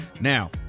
now